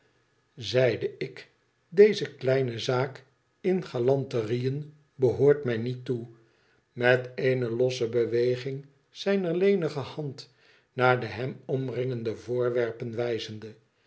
zeide ik ideze kleine zaak m galanterieën behoort mij niet toe met eene losse beweging zijoer lenige hand naar de hem omringende voorwerpen wijzende